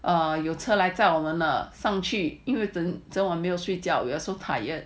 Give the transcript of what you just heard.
err 有车来载我们了上去整晚没有睡觉 we're so tired